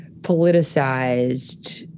politicized